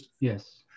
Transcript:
Yes